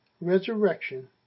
resurrection